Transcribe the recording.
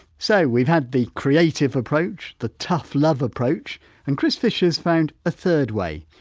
so we've had the creative approach, the tough love approach and chris fisher's found a third way,